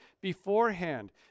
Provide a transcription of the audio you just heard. beforehand